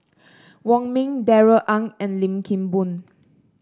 Wong Ming Darrell Ang and Lim Kim Boon